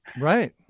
Right